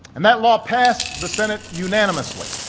and that law passed the senate unanimously.